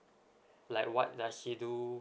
like what does he do